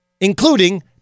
Including